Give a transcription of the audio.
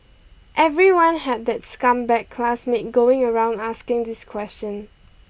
everyone had that scumbag classmate going around asking this question